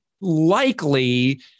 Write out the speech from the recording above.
likely